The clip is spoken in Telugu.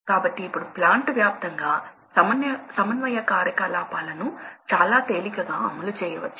కాబట్టి మేము ఈ కర్వ్ ను ప్లాట్ చేసాము